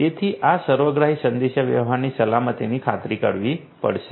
તેથી આ સર્વગ્રાહી સંદેશાવ્યવહારની સલામતીની ખાતરી કરવી પડશે